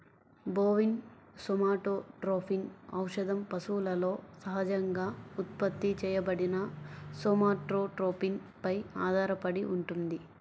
bovine somatotropin ఔషధం పశువులలో సహజంగా ఉత్పత్తి చేయబడిన సోమాటోట్రోపిన్ పై ఆధారపడి ఉంటుంది